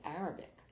Arabic